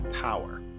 power